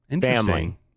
family